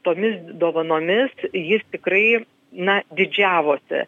tomis dovanomis jis tikrai na didžiavosi